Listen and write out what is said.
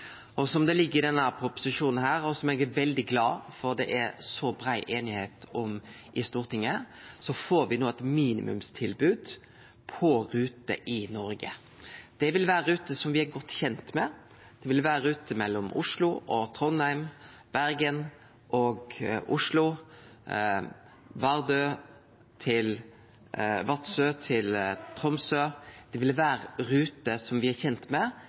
og kome tilbake med tiltak knytte til luftfarten. Me får no, slik som det ligg i denne proposisjonen, og som eg er veldig glad for at det er så brei einigheit om i Stortinget, eit minimumstilbod på ruter i Noreg. Det vil vere ruter som me er godt kjende med, det vil vere ruter mellom Oslo og Trondheim, Bergen og Oslo, frå Vardø og Vadsø til Tromsø. Det vil vere ruter som me er kjende med,